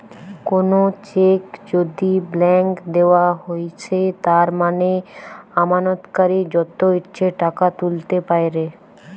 কোনো চেক যদি ব্ল্যাংক দেওয়া হৈছে তার মানে আমানতকারী যত ইচ্ছে টাকা তুলতে পাইরে